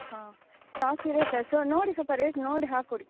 ಹಾಂ ಸ್ಟಾಕ್ ಇರುತ್ತೆ ಸೊ ನೋಡಿ ಸ್ವಲ್ಪ ರೇಟ್ ನೋಡಿ ಹಾಕಿಕೊಡಿ